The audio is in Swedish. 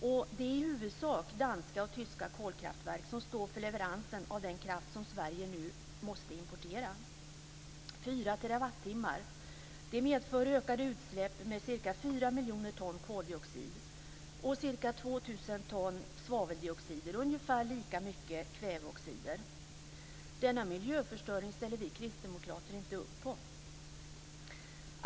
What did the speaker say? Det är i huvudsak danska och tyska kolkraftverk som står för leveransen av den kraft som Sverige nu måste importera. 4 terawattimmar medför ökade utsläpp med ca 4 miljoner ton koldioxid och ca 2 000 ton svaveldioxider och ungefär lika mycket kväveoxider. Denna miljöförstöring ställer vi kristdemokrater inte upp på.